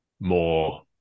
more